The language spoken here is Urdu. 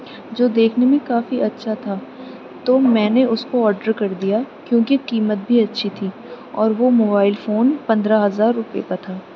جو دیکھنے میں کافی اچھا تھا تو میں نے اس کو آڈر کر دیا کیونکہ قیمت بھی اچھی تھی اور وہ موبائل فون پندرہ ہزار روپے کا تھا